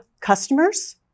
customers